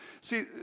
See